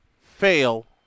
fail